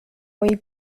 moi